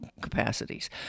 capacities